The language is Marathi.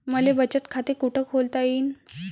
मले बचत खाते कुठ खोलता येईन?